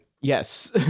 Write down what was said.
yes